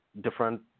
different